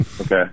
okay